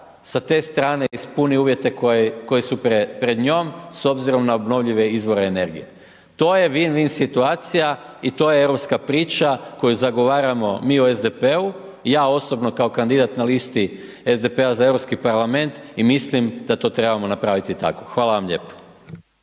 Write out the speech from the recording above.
sa te strane ispuni uvjete koji su pred njom s obzirom na obnovljive izvore energije. To je win-win situacija i to je europska priča koju zagovaramo mi u SDP-u, i ja osobno kao kandidat na listi SDP-a za europski parlament i mislim da to trebamo napraviti tako. Hvala vam lijepo.